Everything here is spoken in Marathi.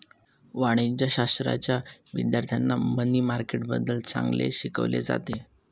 वाणिज्यशाश्राच्या विद्यार्थ्यांना मनी मार्केटबद्दल चांगले शिकवले जाते